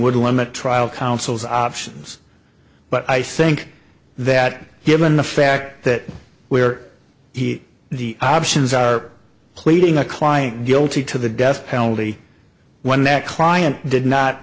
would limit trial counsel's options but i think that given the fact that where the options are pleading a client guilty to the death penalty when that client did not